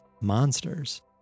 monsters